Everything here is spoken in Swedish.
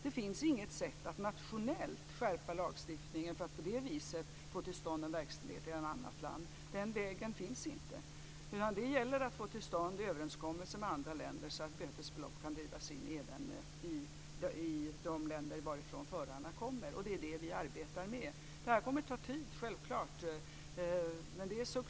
Det finns inget sätt att nationellt skärpa lagstiftningen för att på det viset få till stånd en verkställighet i ett annat land. Den vägen finns inte. Det gäller att få till stånd överenskommelser med andra länder så att bötesbelopp kan drivas in även i de länder varifrån förarna kommer. Det är det vi arbetar med. Detta kommer självklart att ta tid.